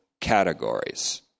categories